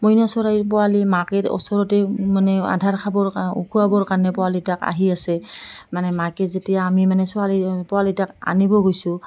মইনা চৰাইৰ পোৱালি মাকে ওচৰতে মানে আহাৰ খাবৰ খোৱাবৰ কাৰণে পোৱালিটোক আহি আছে মানে মাকে যেতিয়া আমি মানে ছোৱালী পোৱালিটোক আনিব গৈছোঁ